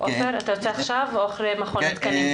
אתה רוצה עכשיו או אחרי שנשמע את מכון התקנים?